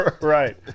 Right